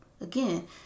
Again